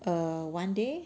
err one day